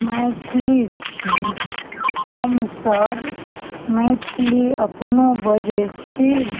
मैथिली छी हमसब मैथिली अपनो बजै छी